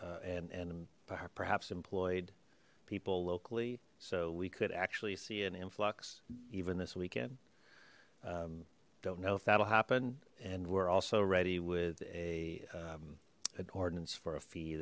and and perhaps employed people locally so we could actually see an influx even this weekend don't know if that will happen and we're also ready with a an ordinance for a fee